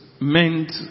meant